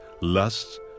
lusts